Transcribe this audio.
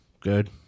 good